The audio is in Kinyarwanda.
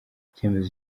icyemezo